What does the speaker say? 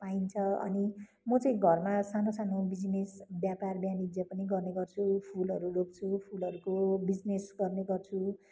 पाइन्छ अनि म चाहिँ घरमा सानो सानो बिजनेस व्यापार वाणिज्य पनि गर्ने गर्छु फुलहरू रोप्छु फुलहरूको बिजनेस गर्ने गर्छु